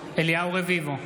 אליהו רביבו,